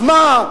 אז מה,